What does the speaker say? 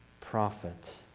prophet